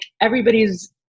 everybody's